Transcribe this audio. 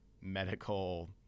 medical